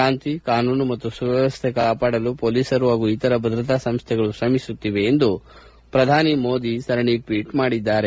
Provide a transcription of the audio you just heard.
ಶಾಂತಿ ಕಾನೂನು ಮತ್ತು ಸುವ್ಯವಸ್ಥೆ ಕಾಪಾಡಲು ಪೊಲೀಸರು ಹಾಗೂ ಇತರ ಭದ್ರತಾ ಸಂಸ್ಥೆಗಳು ಶ್ರಮಿಸುತ್ತಿವೆ ಎಂದು ಮೋದಿ ಅವರು ಸರಣೆ ಟ್ರೀಟ್ಗಳಲ್ಲಿ ತಿಳಿಸಿದ್ದಾರೆ